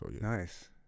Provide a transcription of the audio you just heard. Nice